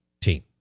team